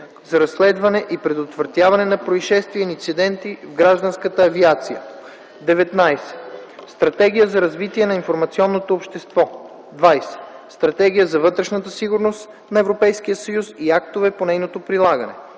за разследване и предотвратяване на произшествия и инциденти в гражданската авиация. 19. Стратегия за развитие на информационното общество. 20. Стратегия за вътрешната сигурност на Европейския съюз и актове по нейното прилагане.